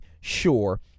sure